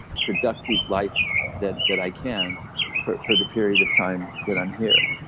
productive life that that i can for for the period of time that i'm here?